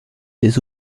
des